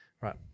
right